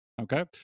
Okay